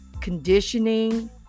conditioning